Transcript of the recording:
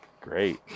Great